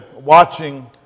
watching